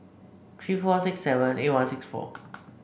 three four six seven eight one six four